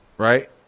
Right